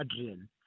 Adrian